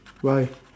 why